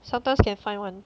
sometimes can find [one]